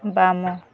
ବାମ